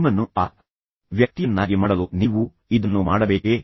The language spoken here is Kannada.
ನಿಮ್ಮನ್ನು ಆ ವ್ಯಕ್ತಿಯನ್ನಾಗಿ ಮಾಡಲು ನೀವು ಇದನ್ನು ಮಾಡಬೇಕೇ